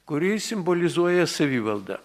kuri simbolizuoja savivaldą